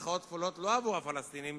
לא עבור הפלסטינים,